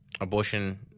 abortion